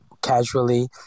Casually